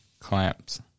clamps